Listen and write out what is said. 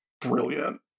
brilliant